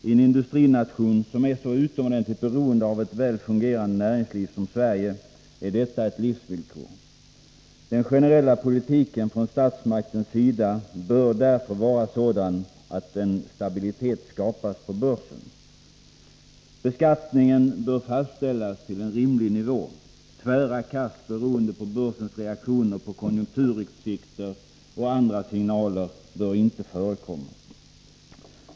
I en industrination som är så utomordentligt beroende av ett väl fungerande näringsliv som Sverige är detta ett livsvillkor. Den generella politiken från statsmaktens sida bör därför vara sådan att en stabilitet skapas på börsen. Beskattningen bör fastställas till en rimlig nivå. Tvära kast beroende på börsens reaktioner på konjunkturutsikter och andra signaler bör inte förekomma.